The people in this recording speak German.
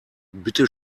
bitte